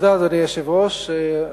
אדוני היושב-ראש,